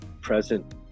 present